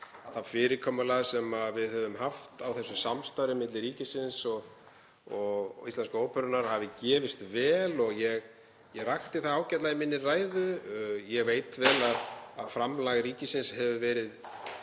að það fyrirkomulag sem við höfum haft á þessu samstarfi milli ríkisins og Íslensku óperunnar hafi gefist vel. Ég rakti það ágætlega í ræðu minni. Ég veit vel að framlag ríkisins hefur